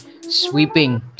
sweeping